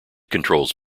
controls